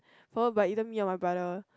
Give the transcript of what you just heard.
forward by either me or my brother